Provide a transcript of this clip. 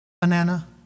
Banana